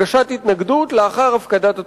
הגשת התנגדות, לאחר הפקדת התוכנית.